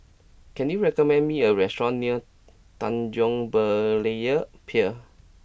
can you recommend me a restaurant near Tanjong Berlayer Pier